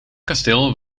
kasteel